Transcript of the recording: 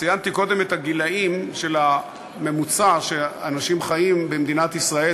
ציינתי קודם את הגילים הממוצעים שאנשים חיים במדינת ישראל,